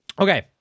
okay